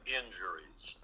injuries